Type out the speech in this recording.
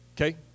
Okay